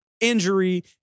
injury